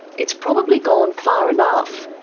it's probably gone far enough.